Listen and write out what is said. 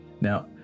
Now